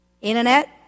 Internet